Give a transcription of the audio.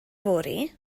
fory